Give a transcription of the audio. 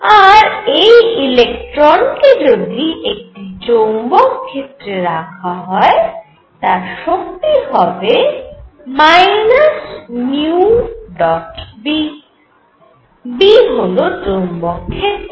আর এই ইলেকট্রন কে যদি একটি চৌম্বক ক্ষেত্রে রাখা হয় তার শক্তি হবে B B হল চৌম্বক ক্ষেত্র